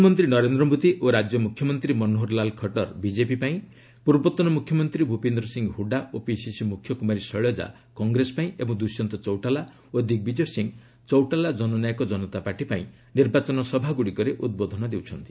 ପ୍ରଧାନମନ୍ତ୍ରୀ ନରେନ୍ଦ୍ର ମୋଦି ଓ ରାଜ୍ୟ ମୁଖ୍ୟମନ୍ତ୍ରୀ ମନୋହରଲାଲ ଖଟ୍ଟର ବିଜେପି ପାଇଁ ପୂର୍ବତନ ମୁଖ୍ୟମନ୍ତ୍ରୀ ଭୂପେନ୍ଦ୍ରସିଂ ହୁଡା ଓ ପିସିସି ମୁଖ୍ୟ କୁମାରୀ ଶୈଳଜା କଂଗ୍ରେସ ପାଇଁ ଏବଂ ଦୁଶ୍ୟନ୍ତ ଚୌଟାଲା ଓ ଦିଗ୍ବିଜୟ ସିଂ ଚୌଟାଲା ଜନନାୟକ ଜନତା ପାର୍ଟି ପାଇଁ ନିର୍ବାଚନ ସଭାଗୁଡ଼ିକରେ ଉଦ୍ବୋଧନ ଦେଉଛନ୍ତି